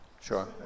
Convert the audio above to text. Sure